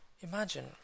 Imagine